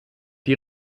die